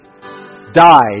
died